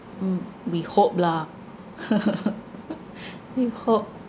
mm we hope lah we hope